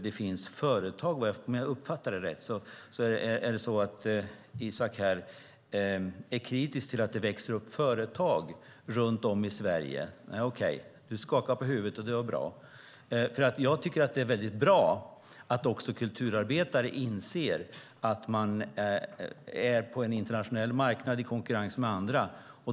Om jag uppfattade Isak rätt är han kritisk till att det växer upp företag runt om i Sverige. Okej, han skakar på huvudet, och det är bra. Jag tycker att det är bra att också kulturarbetare inser att man befinner sig på en internationell marknad i konkurrens med andra.